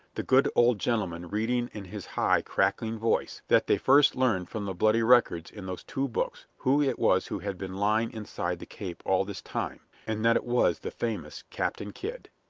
the good old gentleman reading in his high, cracking voice, that they first learned from the bloody records in those two books who it was who had been lying inside the cape all this time, and that it was the famous captain kidd.